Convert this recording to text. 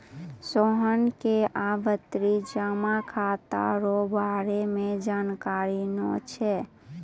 सोहन के आवर्ती जमा खाता रो बारे मे जानकारी नै छै